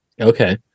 Okay